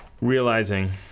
realizing